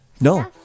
no